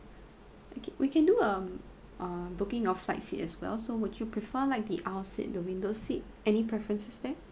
okay we can do um uh booking of flight seat as well so would you prefer like the aisle seat the window seat any preferences there